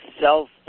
self